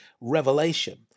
revelation